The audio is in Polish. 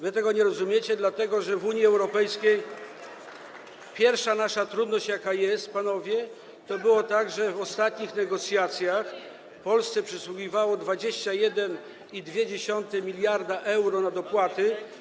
Wy tego nie rozumiecie, dlatego że w Unii Europejskiej pierwsza trudność, jaka jest, panowie, jest taka, że w ostatnich negocjacjach Polsce przysługiwało 21,2 mld euro na dopłaty.